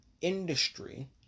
industry